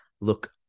Look